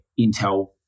intel